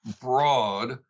broad